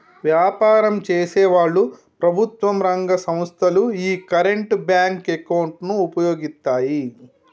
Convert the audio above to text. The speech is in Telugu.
వ్యాపారం చేసేవాళ్ళు, ప్రభుత్వం రంగ సంస్ధలు యీ కరెంట్ బ్యేంకు అకౌంట్ ను వుపయోగిత్తాయి